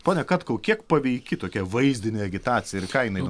pone katkau kiek paveiki tokia vaizdinė agitacija ir į ką jinai